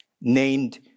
named